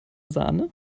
sahne